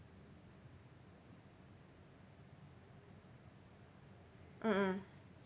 mm mm